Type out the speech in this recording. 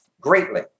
greatly